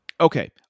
Okay